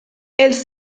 els